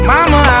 Mama